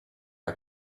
are